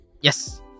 Yes